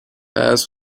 paz